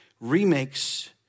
remakes